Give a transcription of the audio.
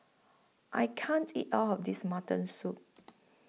I can't eat All of This Mutton Soup